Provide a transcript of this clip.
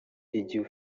igihe